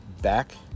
back